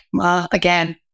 again